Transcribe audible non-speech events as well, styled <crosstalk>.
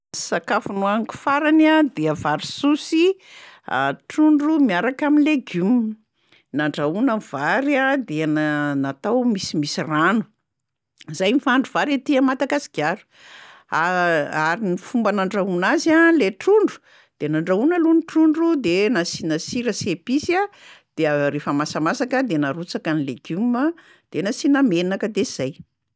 Sakafo nohaniko farany a dia vary soa sy a- trondro miaraka amin'ny legioma. Nandrahoina vary a de na- natao misimisy rano, zay ny fahandro vary aty Madagasikara; a <hesitation> ary ny fomba nandrahoana azy lay trondro, de nandrahoina aloha ny trondro de nasiana sira sy episy a de <hesitation> rehefa masamasaka de narotsaka ny legioma de nasiana menaka de zay